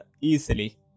easily